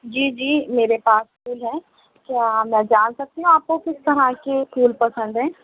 جی جی میرے پاس پھول ہیں کیا میں جان سکتی ہوں کہ آپ کو کس طرح کے پھول پسند ہیں